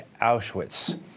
Auschwitz